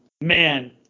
Man